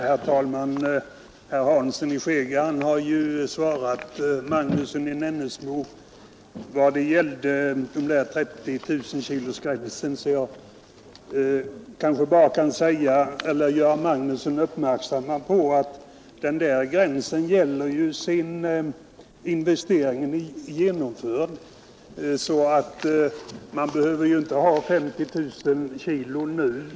Herr talman! Herr Hansson i Skegrie har ju svarat herr Magnusson i Nennesholm i fråga om 30 000-kilogramsgränsen, så jag kanske bara skall göra herr Magnusson uppmärksam på att den gränsen gäller sedan investeringen är genomförd. Man behöver alltså inte nu ha en mjölkproduktion på totalt 50 000 kilogram.